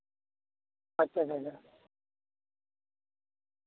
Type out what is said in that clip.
ᱟᱪᱪᱷᱟ ᱟᱪᱪᱷᱟ ᱟᱪᱪᱷᱟ